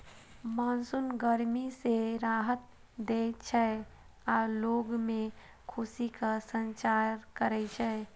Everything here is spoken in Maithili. मानसून गर्मी सं राहत दै छै आ लोग मे खुशीक संचार करै छै